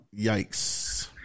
Yikes